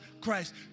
Christ